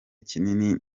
kinini